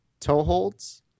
Toeholds